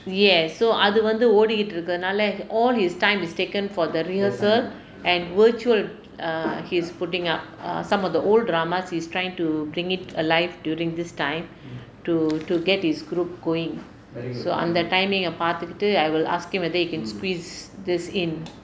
ya so அது வந்து ஓடிட்டு இருக்கிறனாள:athu vanthu odittu irukkiranaala all his time is taken for the rehearsal and virtual err he's putting up err some of the old dramas he's trying to bring it alive during this time to to get his group going so அந்த:antha timing eh பார்த்துட்டு:paarthuttu I will ask him whether they can squeeze this in